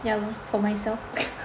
ya lor for myself